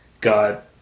got